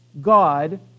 God